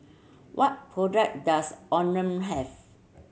what product does Omron have